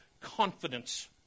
confidence